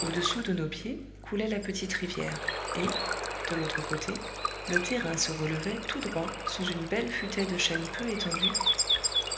au-dessous de nos pieds coulait la petite rivière et de l'autre côté le terrain se relevait tout droit sous une belle futaie de chênes peu étendue